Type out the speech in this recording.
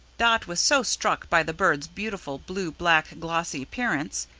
dot was so struck by the bird's beautiful blue-black glossy appearance,